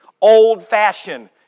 old-fashioned